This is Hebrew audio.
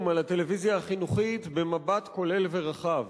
על הטלוויזיה החינוכית במבט כולל ורחב,